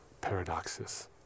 paradoxes